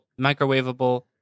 microwavable